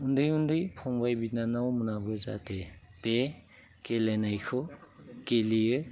उन्दै उन्दै फंबाय बिनानावमोनाबो जाहाथे बे गेलेनायखौ गेलेयो